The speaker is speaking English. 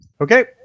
Okay